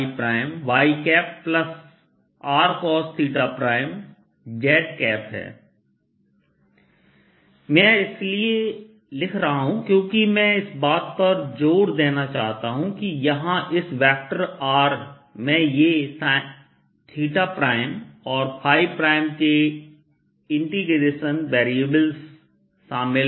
ds RR sin cosɸ xRsin sinɸ yRcos z मैं यह इसलिए लिख रहा हूं क्योंकि मैं इस बात पर जोर देना चाहता हूं कि यहां इस वेक्टर R में ये और ɸ के इंटीग्रेशन वेरिएबल्सIntegration Variables शामिल हैं